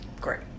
Great